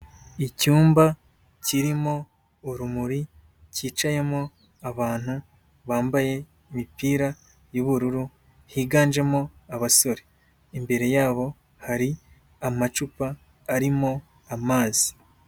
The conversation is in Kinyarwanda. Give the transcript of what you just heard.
Icyumba kirimo urumuri cyicayemo abantu bambaye imipira y'ubururu higanjemo abasore, imbere yabo hari amacupa arimo amazi.